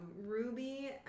Ruby